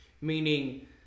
meaning